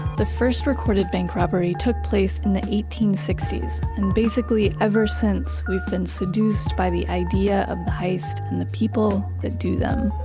the first recorded bank robbery took place in the eighteen sixty s. and basically, ever since we've been seduced by the idea of the heist and the people that do them.